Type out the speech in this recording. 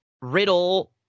Riddle